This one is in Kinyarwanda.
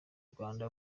rwanda